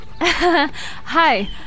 Hi